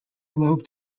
globe